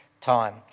time